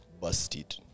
busted